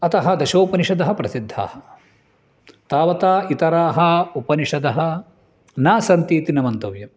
अतः दशोपनिषदः प्रसिद्धाः तावता इतराः उपनिषदः न सन्ति इति न मन्तव्यम्